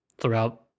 throughout